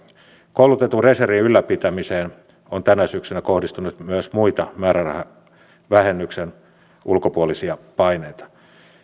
koulutetun reservin ylläpitämiseen on tänä syksynä kohdistunut myös muita määrärahavähennyksen ulkopuolisia paineita